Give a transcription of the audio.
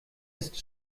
ist